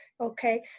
Okay